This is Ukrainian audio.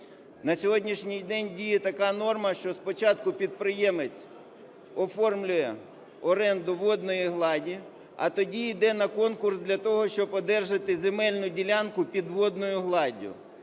На сьогоднішній день діє така норма, що спочатку підприємець оформлює оренду водної гладі, а тоді йде на конкурс для того, щоб одержати земельну ділянку під водною гладдю.